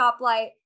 stoplight